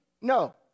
No